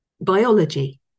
Biology